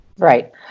Right